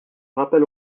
rappel